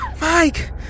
Mike